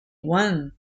one